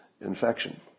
infection